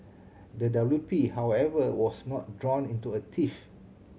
the W P however was not drawn into a tiff